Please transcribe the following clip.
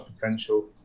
potential